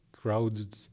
crowded